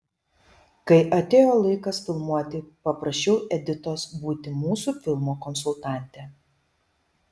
kai atėjo laikas filmuoti paprašiau editos būti mūsų filmo konsultante